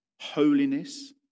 holiness